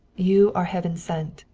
you are heaven sent,